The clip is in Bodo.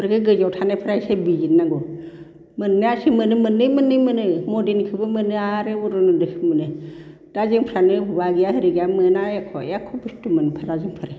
बेफोरखौ गोजौआव थानायफोरा इसे बिजिरनांगौ मोन्नायासो मोनो मोननै मोननै मोनो मदीनिखौबो मोनो आरो अरुनदयखौबो मोनो दा जोंफ्रानो हौवा गैया एरि गैया मोना एख' एख' बुस्थु मोनफेरा जोंफोर